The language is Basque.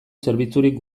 zerbitzurik